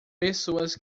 pessoas